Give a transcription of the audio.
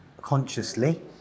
consciously